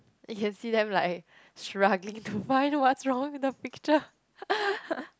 you can see them like struggling to find what's wrong with the picture